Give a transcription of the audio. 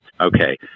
Okay